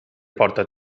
porta